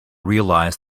realised